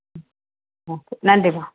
ம் ஆ சேரி நன்றிம்மா